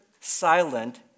silent